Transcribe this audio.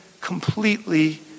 completely